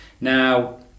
Now